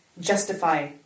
justify